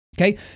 Okay